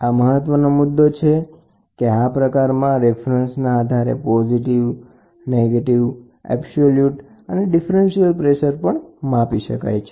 પણ ખૂબ મહત્વનો મુદ્દો એ છે કે તે પોઝિટિવ નેગેટીવ એબ્સોલ્યુટ અને ડીફ્રન્સીઅલ પ્રેસર માપવા માટે સક્ષમ છે